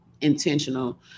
intentional